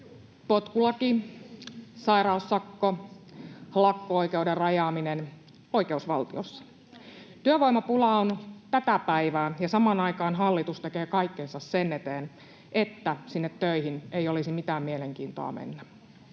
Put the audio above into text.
Potkulaki, sairaussakko, lakko-oikeuden rajaaminen — oikeusvaltiossa. Työvoimapula on tätä päivää, ja samaan aikaan hallitus tekee kaikkensa sen eteen, että sinne töihin ei olisi mitään mielenkiintoa mennä,